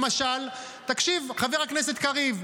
למשל, תקשיב, חבר הכנסת קריב.